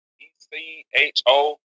e-c-h-o